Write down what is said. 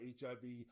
HIV